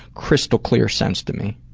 crystal-clear sense to me.